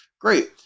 Great